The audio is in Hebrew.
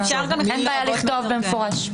אין בעיה לכתוב במפורש.